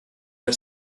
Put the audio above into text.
her